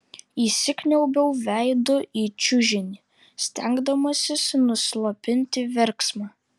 įsikniaubiau veidu į čiužinį stengdamasis nuslopinti verksmą